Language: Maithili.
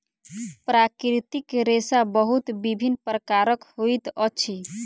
प्राकृतिक रेशा बहुत विभिन्न प्रकारक होइत अछि